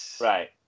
Right